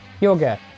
yoga